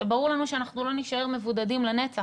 ברור לנו שאנחנו לא נישאר מבודדים לנצח,